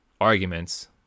arguments